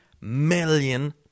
million